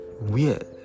weird